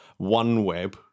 OneWeb